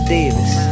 Davis